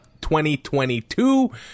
2022